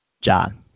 John